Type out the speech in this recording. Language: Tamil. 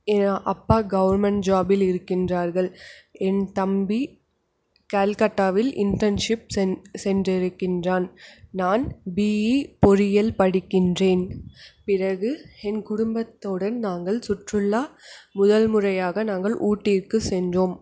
என் அப்பா கவுர்மண்ட் ஜாபில் இருக்கிறார்கள் என் தம்பி கல்கட்டாவில் இண்ட்டன்ஷிப் சென் சென்றிருக்கின்றான் நான் பிஇ பொறியியல் படிக்கின்றேன் பிறகு என் குடும்பத்துடன் நாங்கள் சுற்றுலா முதல் முறையாக நாங்கள் ஊட்டிக்கு சென்றோம்